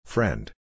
Friend